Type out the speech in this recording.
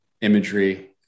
imagery